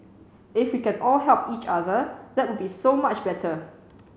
if we can all help each other that would be so much better